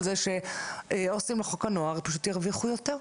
זה שעו"סים לחוק הנוער פשוט ירוויחו יותר,